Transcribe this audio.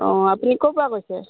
অঁ আপুনি ক'ৰপৰা কৈছে